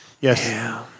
Yes